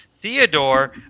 Theodore